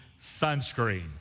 sunscreen